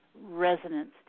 resonance